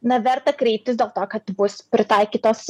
na verta kreiptis dėl to kad bus pritaikytos